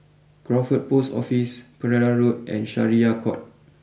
Crawford post Office Pereira Road and Syariah court